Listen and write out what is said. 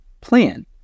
plan